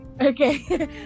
okay